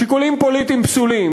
שיקולים פוליטיים פסולים.